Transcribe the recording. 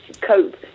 cope